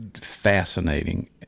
fascinating